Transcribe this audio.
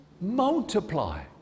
multiply